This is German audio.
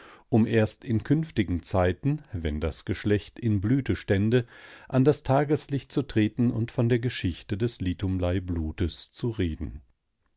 um erst in künftigen zeiten wenn das geschlecht in blüte stände an das tageslicht zu treten und von der geschichte des litumleiblutes zu reden